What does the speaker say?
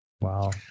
Wow